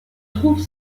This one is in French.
trouve